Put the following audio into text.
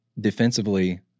Defensively